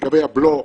לגבי הבלו,